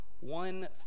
one